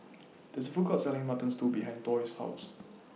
This Food Court Selling Mutton Stew behind Doyle's House